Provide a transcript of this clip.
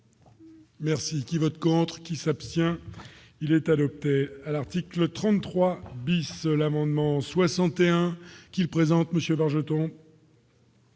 Merci qui vote contre qui s'abstient, il est adopté à l'article 33 bis, l'amendement 61 qu'il présente monsieur leurs jetons.